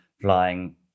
flying